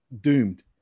doomed